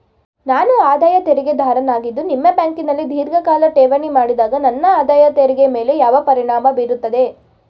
ನಾನು ಆದಾಯ ತೆರಿಗೆದಾರನಾಗಿದ್ದು ನಿಮ್ಮ ಬ್ಯಾಂಕಿನಲ್ಲಿ ಧೀರ್ಘಕಾಲ ಠೇವಣಿ ಮಾಡಿದಾಗ ನನ್ನ ಆದಾಯ ತೆರಿಗೆ ಮೇಲೆ ಯಾವ ಪರಿಣಾಮ ಬೀರುತ್ತದೆ?